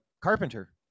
carpenter